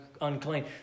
unclean